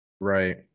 Right